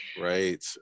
Right